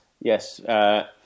Yes